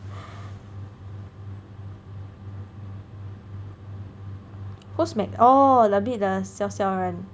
who's Mag~ orh the bit the siao siao one